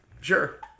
Sure